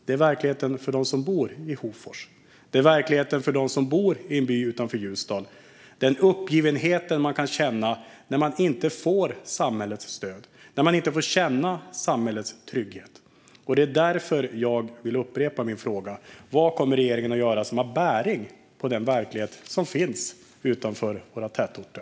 Det är verkligheten för dem som bor i Hofors och verkligheten för dem som bor i en by utanför Ljusdal. Det är en uppgivenhet man kan känna när man inte får samhällets stöd och inte får känna samhällets trygghet, och det är därför jag vill upprepa min fråga: Vad kommer regeringen att göra som har bäring på den verklighet som finns utanför våra tätorter?